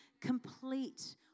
complete